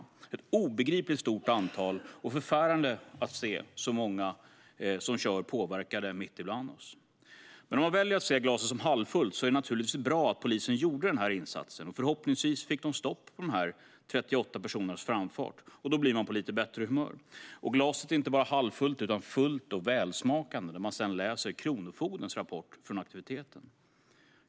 Det är ett obegripligt stort antal, och det är förfärande att så många kör påverkade mitt ibland oss. Men om man väljer att se glaset som halvfullt är det naturligtvis bra att polisen gjorde denna insats. Förhoppningsvis fick de stopp på dessa 38 personers framfart. När man tänker på det blir man på lite bättre humör. Och glaset är inte bara halvfullt, utan det är fullt och välsmakande när man sedan läser Kronofogdens rapport från aktiviteten.